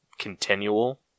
continual